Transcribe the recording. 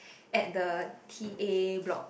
at the key A block